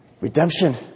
redemption